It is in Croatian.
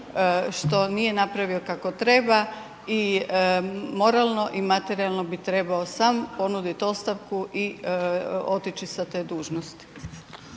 što nije napravio kako treba i moralno i materijalno bi trebao sam ponuditi ostavku i otići sa te dužnosti.